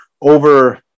over